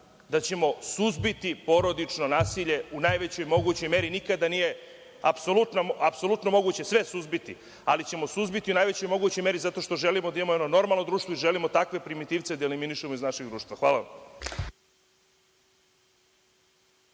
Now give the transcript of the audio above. da ćemo suzbiti porodično nasilje u najvećoj mogućoj meri. Nikad nije apsolutno moguće sve suzbiti, ali ćemo suzbiti u najvećoj mogućoj meri zato što želimo da imamo jedno normalno društvo i želimo takve primitivce da eliminišemo iz našeg društva. Hvala.